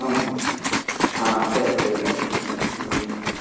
ஆமாங்க ஆ சரி சரி மேடம் சொல்லுங்கள் உங்களுக்கு என்ன வேணும்